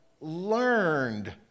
learned